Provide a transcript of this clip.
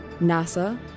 NASA